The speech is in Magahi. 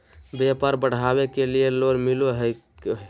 व्यापार बढ़ावे के लिए लोन मिलो है?